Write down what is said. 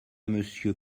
monsieur